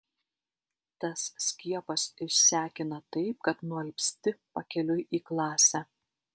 tas skiepas išsekina taip kad nualpsti pakeliui į klasę